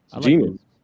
Genius